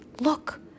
Look